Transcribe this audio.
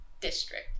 district